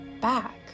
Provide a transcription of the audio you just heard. back